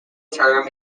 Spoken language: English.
term